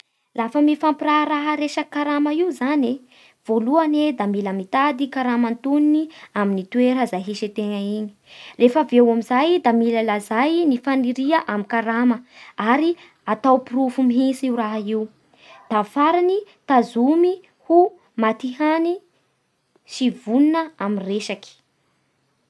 Lafa miampiraharaha resaky karama io zany e, voalohany da mila mitady karama antonony amin'ny toera izay hisy antegna iny, rehefa avy eo amin'nizay da mila lazay ny faniria amin'ny karama ary atao porofo mihintsy io raha io, da farany tazomy ho matihany sy vonona amin'ny resaky